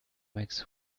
makes